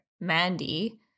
Mandy